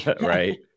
right